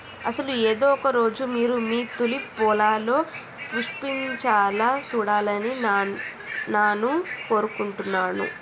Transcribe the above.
అసలు ఏదో ఒక రోజు మీరు మీ తూలిప్ పొలాలు పుష్పించాలా సూడాలని నాను కోరుకుంటున్నాను